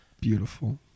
beautiful